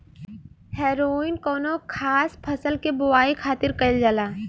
हैरोइन कौनो खास फसल के बोआई खातिर कईल जाला